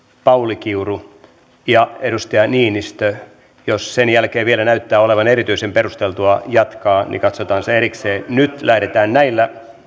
pauli kiuru ja niinistö jos sen jälkeen vielä näyttää olevan erityisen perusteltua jatkaa niin katsotaan se erikseen nyt lähdetään näillä